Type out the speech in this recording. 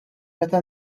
meta